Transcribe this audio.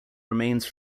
remains